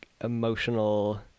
emotional